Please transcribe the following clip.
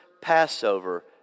Passover